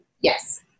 Yes